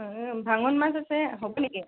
ভাঙন মাছ আছে হ'ব নেকি